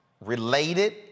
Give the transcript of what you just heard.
related